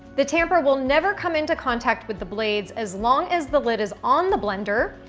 the tamper will never come into contact with the blades as long as the lid is on the blender.